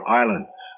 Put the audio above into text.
islands